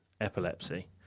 epilepsy